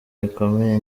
bikomeye